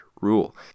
rule